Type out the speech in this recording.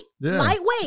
lightweight